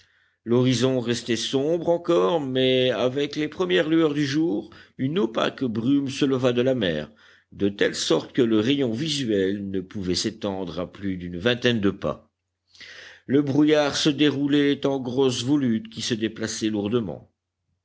l'horizon restait sombre encore mais avec les premières lueurs du jour une opaque brume se leva de la mer de telle sorte que le rayon visuel ne pouvait s'étendre à plus d'une vingtaine de pas le brouillard se déroulait en grosses volutes qui se déplaçaient lourdement